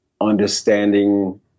understanding